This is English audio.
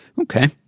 okay